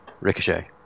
Ricochet